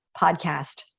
podcast